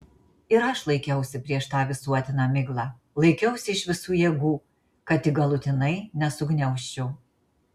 ir aš laikiausi prieš tą visuotiną miglą laikiausi iš visų jėgų kad tik galutinai nesugniaužčiau